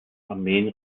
armeen